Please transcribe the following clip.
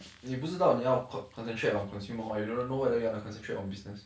你不知道你要 con~ concentrate on consumer or you don't know what you want to concentrate on business